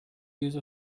use